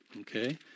Okay